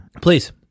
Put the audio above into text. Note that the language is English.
Please